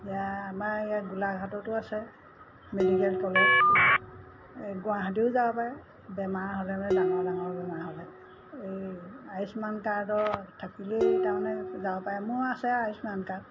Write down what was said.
এয়া আমাৰ ইয়াত গোলাঘাটতো আছে মেডিকেল কলেজ এই গুৱাহাটীও যাব পাৰে বেমাৰ হ'লে মানে ডাঙৰ ডাঙৰ বেমাৰ হ'লে এই আয়ুষ্মান কাৰ্ডৰ থাকিলেই তাৰমানে যাব পাৰে মোৰ আছে আয়ুষ্মান কাৰ্ড